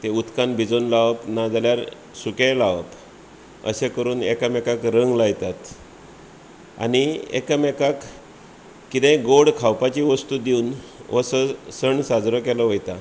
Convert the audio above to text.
ते उदकांत भिजोवन लावप ना जाल्यार सुकेय लावप अशें करूंन एकामेकाक रंग लायतात आनी एकामेकाक कितेंय गोड खावपाची वस्तू दिवन हो स सण साजरो केल्लो वयता